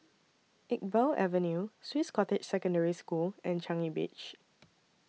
Iqbal Avenue Swiss Cottage Secondary School and Changi Beach